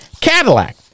Cadillac